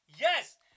Yes